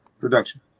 production